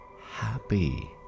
happy